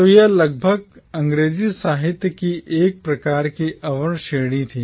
तो यह लगभग अंग्रेजी साहित्य की एक प्रकार की अवर श्रेणी थी